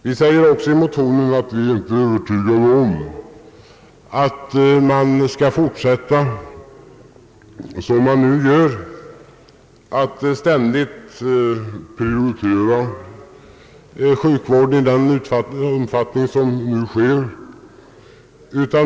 Vi säger också i motionen att vi inte är övertygade om att man skall fortsätta som man nu gör att ständigt prioritera sjukvården i den omfattning som nu sker.